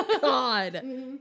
God